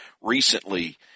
recently